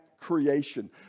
creation